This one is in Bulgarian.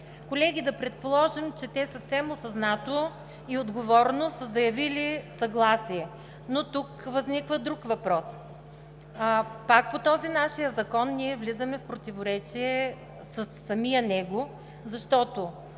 Колеги, да предположим, че съвсем осъзнато и отговорно те са заявили съгласие, но тук възниква друг въпрос. Пак по този наш закон ние влизаме в противоречие със самия него, защото